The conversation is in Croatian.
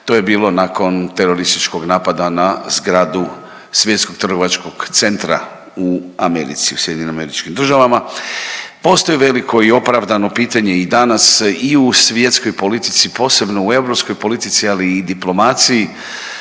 to je bilo nakon terorističkog napada na zgradu Svjetskog trgovačkog centra u Americi, u SAD-u. Postoji veliko i opravdano pitanje i danas i u svjetskoj politici, posebno u europskoj politici, ali i diplomaciji,